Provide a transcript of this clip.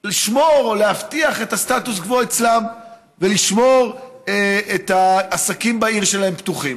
לשמור או להבטיח את הסטטוס קוו אצלם ולשמור את העסקים בעיר שלהם פתוחים.